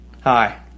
Hi